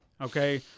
Okay